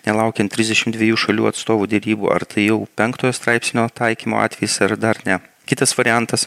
nelaukiant trisdešim dviejų šalių atstovų derybų ar tai jau penktojo straipsnio taikymo atvejis ar dar ne kitas variantas